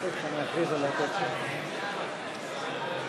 הצעת חוק האזרחות והכניסה לישראל (הוראת שעה)